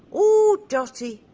ooh, dottie,